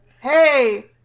hey